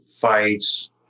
fights